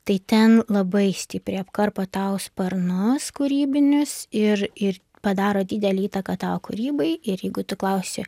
tai ten labai stipriai apkarpo tau sparnus kūrybinius ir ir padaro didelę įtaką tavo kūrybai ir jeigu tu klausi